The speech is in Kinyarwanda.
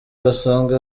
basanzwe